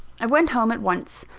i went home at once.